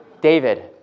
David